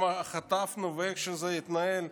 גם חטפנו באיך שזה התנהל.